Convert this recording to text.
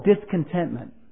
discontentment